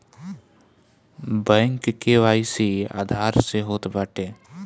bank KYC Aadhaar से होत बाटे